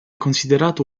considerato